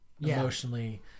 emotionally